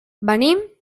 venim